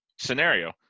scenario